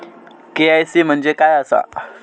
KYC म्हणजे काय आसा?